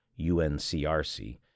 UNCRC